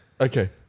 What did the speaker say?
Okay